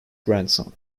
grandson